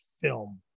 film